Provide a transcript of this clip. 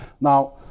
Now